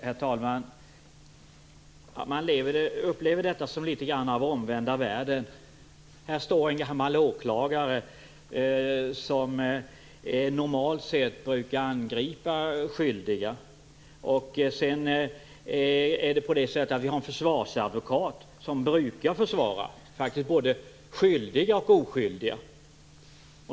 Herr talman! Jag upplever detta litet grand som omvända världen. Här står en gammal åklagare som normalt sett brukar angripa skyldiga och en försvarsadvokat som brukar försvara både skyldiga och oskyldiga.